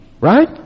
Right